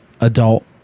adult